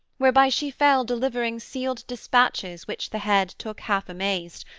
whereby she fell delivering sealed dispatches which the head took half-amazed,